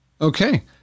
Okay